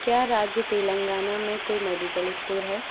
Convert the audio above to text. क्या राज्य तेलंगाना में कोई मेडिकल स्टोर है